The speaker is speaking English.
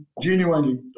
genuinely